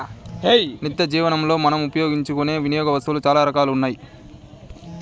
నిత్యజీవనంలో మనం ఉపయోగించుకునే వినియోగ వస్తువులు చాలా రకాలుగా ఉన్నాయి